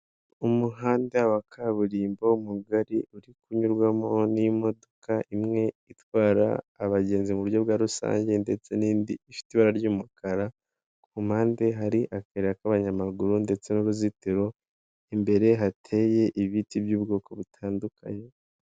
Umuhanda wa kaburimbo mugari, uri kunyurwamo n'imodoka imwe itwara abagenzi mu buryo bwa rusange ndetse ifite ibara ry'umukara, ku mpande hari akayira k'abanyamaguru ndetse n'uruzitiro, imbere hateye ibiti by'ubwoko butandukanye.